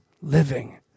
living